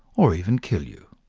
or even kill you.